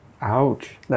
Ouch